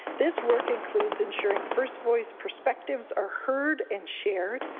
this work includes ensuring first voice perspectives are heard and shared,